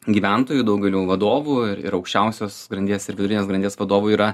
gyventojų daugelių vadovų ir ir aukščiausios grandies ir vidurinės grandies vadovų yra